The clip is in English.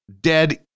dead